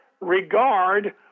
regard